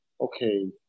okay